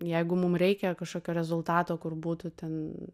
jeigu mum reikia kažkokio rezultato kur būtų ten